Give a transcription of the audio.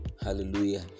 hallelujah